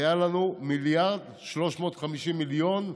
היו לנו מיליארד ו-350 מיליון,